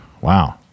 wow